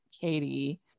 Katie